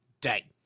day